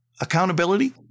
accountability